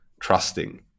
trusting